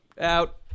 out